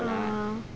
ya